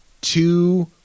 two